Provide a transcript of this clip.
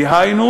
דהיינו,